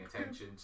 attention